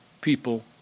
people